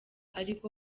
ariko